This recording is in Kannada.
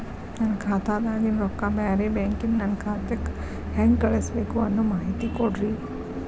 ನನ್ನ ಖಾತಾದಾಗಿನ ರೊಕ್ಕ ಬ್ಯಾರೆ ಬ್ಯಾಂಕಿನ ನನ್ನ ಖಾತೆಕ್ಕ ಹೆಂಗ್ ಕಳಸಬೇಕು ಅನ್ನೋ ಮಾಹಿತಿ ಕೊಡ್ರಿ?